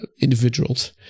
individuals